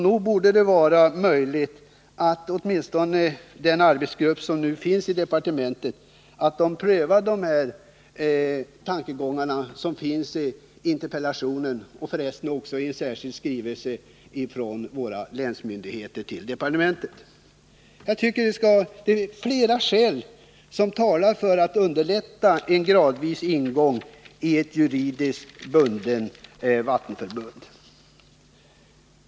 Nog bör det vara möjligt att åtminstone i den arbetsgrupp som finns i departementet pröva de tankar som förs fram i interpellationen och, för resten, också i en särskild skrivelse från våra länsmyndigheter till departementet. Flera skäl talar enligt min mening för att underlätta ett ingående gradvis i ett juridiskt bundet vattenförbund.